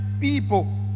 people